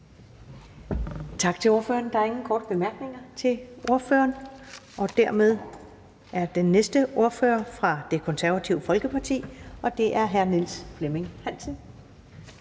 Tak til ordføreren. Der er ingen korte bemærkninger. Den næste ordfører er fra Det Konservative Folkeparti, og det er hr. Niels Flemming Hansen.